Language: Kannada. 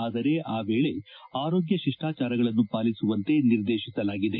ಆದರೆ ಆ ವೇಳೆ ಆರೋಗ್ಯ ಶಿಷ್ಲಾಚಾರಗಳನ್ನು ಪಾಲಿಸುವಂತೆ ನಿರ್ದೇತಿಸಲಾಗಿದೆ